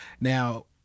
Now